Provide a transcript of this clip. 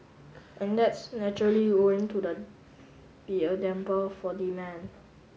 and that's naturally going to the be a damper for demand